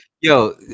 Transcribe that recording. Yo